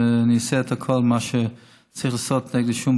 ואני עושה את כל מה שצריך לעשות נגד עישון,